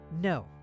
No